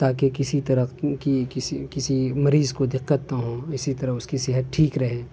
تاکہ کسی طرح کی کسی کسی مریض کو دقت نہ ہو اسی طرح اس کی صحت ٹھیک رہے